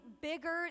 bigger